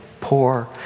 poor